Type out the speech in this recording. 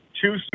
two